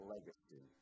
Legacy